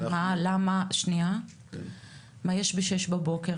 מה יש ב-06:00 בבוקר?